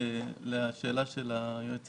לשאלה של היועץ